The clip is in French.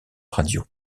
radio